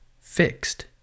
fixed